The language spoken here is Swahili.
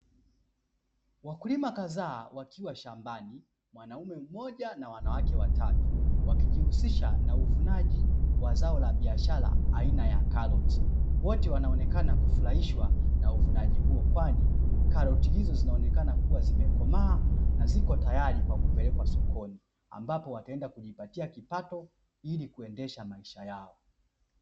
Wakulima kadhaa wakiwa shambani (mwanaume mmoja na wanawake watatu) wakijihusisha na uvunaji wa zao la biashara aina ya karoti. Wote wanaonekana kufurahishwa na uvunaji huo kwani karoti hizo zinaonekana kuwa zimekomaa na ziko tayari kwa kupelekwa sokoni, ambapo wataenda kujipatia kipato ili kuendesha maisha yao.